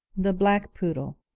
the black poodle.